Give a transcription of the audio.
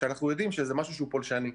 כשאנחנו יודעים שזה משהו שהוא פולשני,